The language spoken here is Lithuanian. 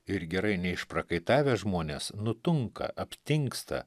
ir gerai neišprakaitavę žmonės nutunka aptingsta